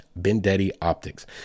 BendettiOptics